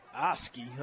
Oski